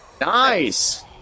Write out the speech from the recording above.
Nice